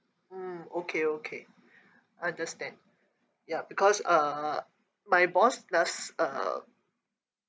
mm okay okay understand ya because uh my boss does uh